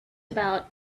about